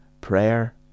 prayer